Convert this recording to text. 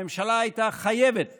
הממשלה הייתה חייבת